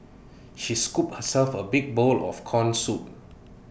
she scooped herself A big bowl of Corn Soup